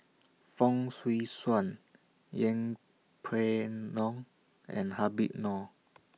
Fong Swee Suan Yeng Pway Ngon and Habib Noh